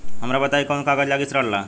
हमरा बताई कि कौन कागज लागी ऋण ला?